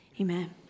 Amen